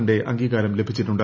ന്റെ അംഗീകാരം ലഭിച്ചിട്ടുണ്ട്